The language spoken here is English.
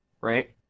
Right